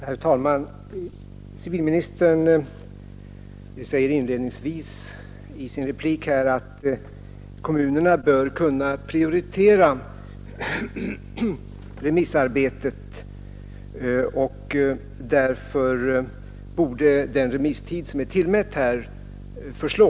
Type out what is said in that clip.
Herr talman! I sin replik sade civilministern inledningsvis att kommunerna bör kunna prioritera remissarbetet, och därför borde den tillmätta remisstiden förslå.